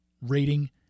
rating